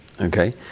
Okay